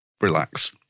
relax